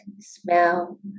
smell